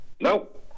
Nope